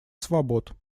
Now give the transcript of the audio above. свобод